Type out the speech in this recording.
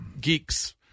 geeks